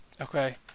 Okay